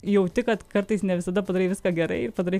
jauti kad kartais ne visada padarai viską gerai ir padarai